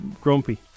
grumpy